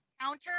counter